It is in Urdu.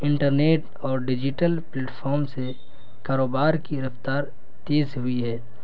انٹرنیٹ اور ڈیجیٹل پلیٹفام سے کاروبار کی رفتار تیز ہوئی ہے